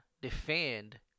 defend